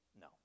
No